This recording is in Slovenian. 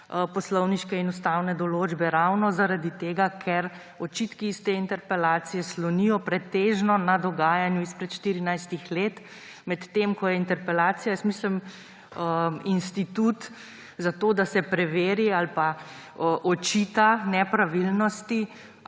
poslovniške in ustavne določbe ravno zaradi tega, ker očitki iz te interpelacije slonijo pretežno na dogajanju izpred 14 let, medtem ko je interpelacija, jaz mislim, institut za to, da se preveri ali očita nepravilnosti